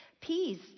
Peace